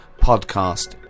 podcast